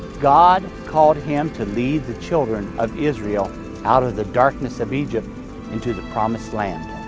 god called him to lead the children of israel out of the darkness of egypt into the promised land.